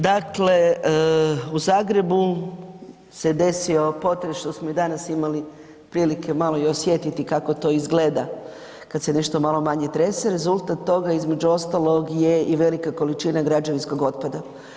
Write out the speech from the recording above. Dakle, u Zagrebu se desio potres, što smo i danas imali prilike malo i osjetiti kako to izgleda kad se nešto malo manje trese, rezultat toga između ostalog je i velika količina građevinskog otpada.